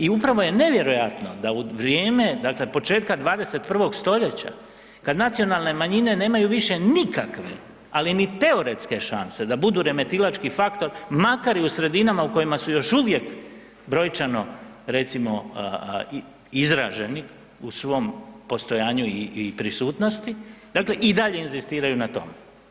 I upravo je nevjerojatno da u vrijeme, dakle početka 21. stoljeća kad nacionalne manjine nemaju više nikakve, ali ni teoretske šanse da budu remetilački faktor, makar i u sredinama u kojima su još uvijek brojčano recimo izraženi u svom postojanju i, i prisutnosti, dakle i dalje inzistiraju na tome.